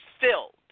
filled